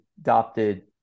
adopted